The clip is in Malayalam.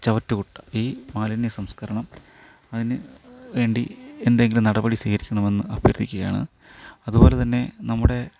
ചവറ്റുകുട്ട ഈ മാലിന്യ സംസ്കരണം അതിന് വേണ്ടി എന്തെങ്കിലും നടപടികൾ സ്വീകരിക്കണമെന്ന് അഭ്യർത്ഥിക്കുകയാണ് അതുപോലെ തന്നെ നമ്മുടെ